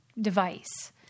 device